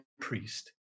priest